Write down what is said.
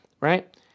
right